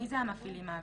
מי זה המפעילים האוויריים?